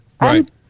Right